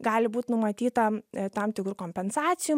gali būt numatyta tam tikrų kompensacijų